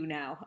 now